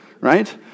right